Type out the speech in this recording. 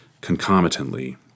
concomitantly